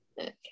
Okay